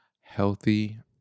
healthy